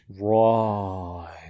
Right